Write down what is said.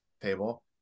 table